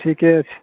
ठीके छै